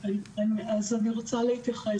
אז גם תודה רבה ליושב הראש,